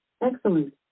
Excellent